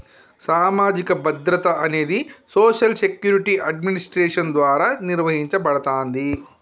సామాజిక భద్రత అనేది సోషల్ సెక్యూరిటీ అడ్మినిస్ట్రేషన్ ద్వారా నిర్వహించబడతాంది